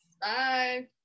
Bye